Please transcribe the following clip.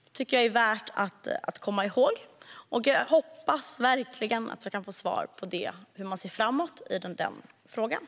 Det tycker jag är värt att komma ihåg, och jag hoppas verkligen att jag ska få svar på frågan hur man ser framåt när det gäller detta.